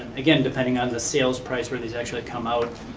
again, depending on the sales price, where these actually come out,